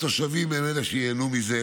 התושבים הם שייהנו מזה,